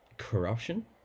Corruption